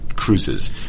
cruises